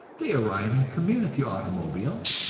they arrive in community automobiles,